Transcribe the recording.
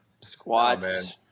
Squats